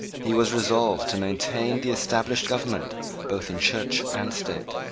he was resolved to maintain the established government both in church and state.